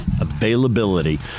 availability